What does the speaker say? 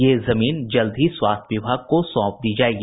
ये जमीन जल्द ही स्वास्थ्य विभाग को सौंप दी जायेगी